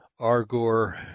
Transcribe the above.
Argor